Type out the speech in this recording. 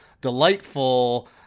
delightful